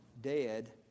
dead